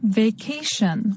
vacation